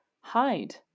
hide